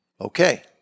Okay